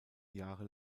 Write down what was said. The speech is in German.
jahre